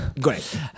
Great